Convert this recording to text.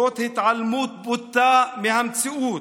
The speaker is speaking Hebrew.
זאת התעלמות בוטה מהמציאות.